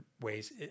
ways